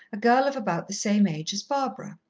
a girl of about the same age as barbara.